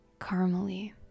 caramelly